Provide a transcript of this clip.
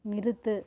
நிறுத்து